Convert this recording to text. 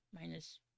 minus